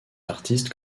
artistes